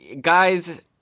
guys